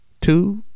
two